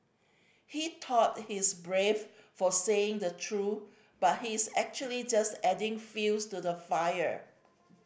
he thought he's brave for saying the truth but he's actually just adding fuels to the fire